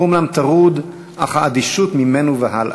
הוא אומנם טרוד, אך האדישות ממנו והלאה.